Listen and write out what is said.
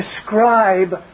describe